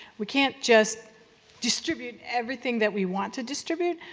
we can't just distribute everything that we want to distribute.